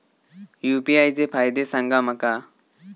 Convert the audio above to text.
UPI चे फायदे सांगा माका?